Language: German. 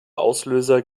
auslöser